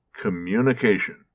communication